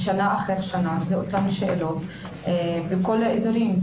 ושנה אחרי שנה זה אותן שאלות בכל האזורים.